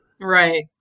Right